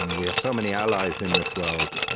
and we have so many allies in this world,